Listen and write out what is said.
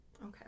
Okay